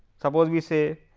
suppose we say